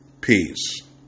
peace